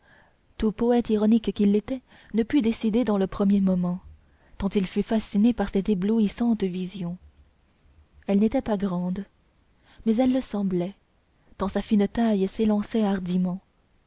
tout poète ironique qu'il était ne put décider dans le premier moment tant il fut fasciné par cette éblouissante vision elle n'était pas grande mais elle le semblait tant sa fine taille s'élançait hardiment